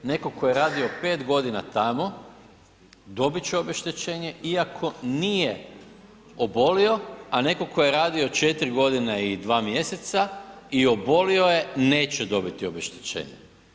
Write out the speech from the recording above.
Netko tko je radio 5 godina tamo, dobit će obeštećenje iako nije obolio, a netko tko je radio 4 godine i 2 mjeseca i obolio je, neće dobiti obeštećenje.